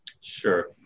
Sure